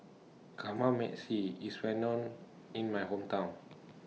Kamameshi IS Well known in My Hometown